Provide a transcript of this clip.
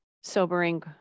Sobering